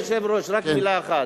אדוני היושב-ראש, רק מלה אחת.